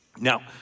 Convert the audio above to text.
now